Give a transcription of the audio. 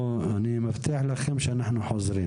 אני מבטיח לכם שאנחנו חוזרים,